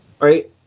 right